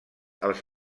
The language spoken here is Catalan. els